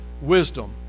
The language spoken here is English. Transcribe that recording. wisdom